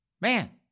man